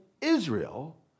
Israel